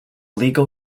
legal